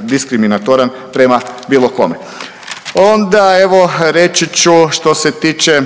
diskriminatoran prema bilo kome. Onda evo reći ću što se tiče